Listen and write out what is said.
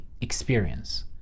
experience